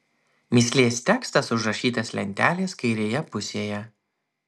mįslės tekstas užrašytas lentelės kairėje pusėje